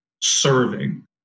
serving